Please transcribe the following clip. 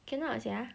cannot sia